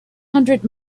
hundred